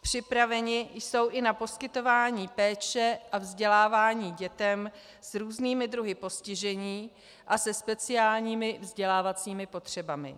Připraveny jsou i na poskytování péče a vzdělávání dětem s různými druhy postižení a se speciálními vzdělávacími potřebami.